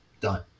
Done